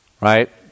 Right